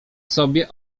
sobie